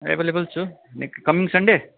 available छु next coming Sunday